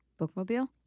Bookmobile